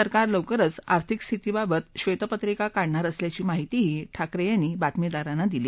सरकार लवकरच आर्थिक स्थितींबाबत ब्वेतपत्रिका काढणार असल्याची माहितीही ठाकरे यांनी बातमीदारांना दिली